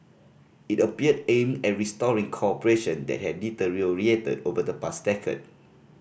it appeared aimed at restoring cooperation that had deteriorated over the past decade